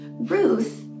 Ruth